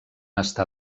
estar